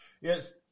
Yes